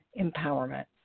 empowerment